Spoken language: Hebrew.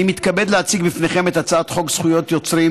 אני מתכבד להציג בפניכם את הצעת חוק זכות יוצרים